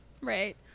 right